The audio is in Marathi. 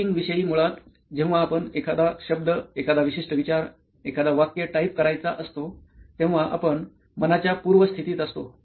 टायपिंग विषयी मुळात जेव्हा आपण एखादा शब्द एखादा विशिष्ट विचार एखादा वाक्य टाइप करायचा असतो तेव्हा आपण मनाच्या पूर्व स्थितीत असतो